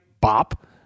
bop